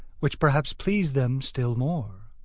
which perhaps pleased them still more.